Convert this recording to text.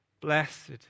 Blessed